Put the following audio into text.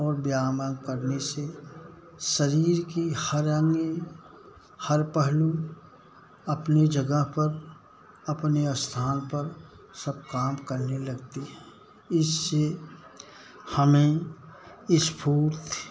और व्यायाम करने से शरीर का हर अंग हर पहलू अपनी जगह पर अपने स्थान पर सब काम करने लगते हैं इससे हमें स्फूर्ती